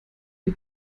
wir